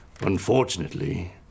unfortunately